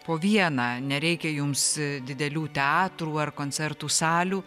po vieną nereikia jums didelių teatrų ar koncertų salių